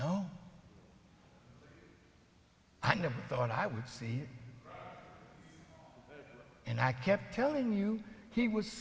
no i never thought i would see and i kept telling you he was